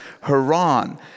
Haran